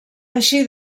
així